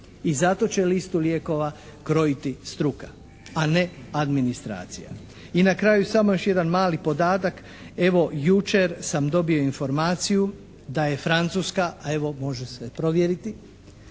i zato će listu lijekova krojiti struka, a ne administracija. I na kraju samo još jedan mali podatak. Evo jučer sam dobio informaciju da je Francuska, evo može se provjeriti,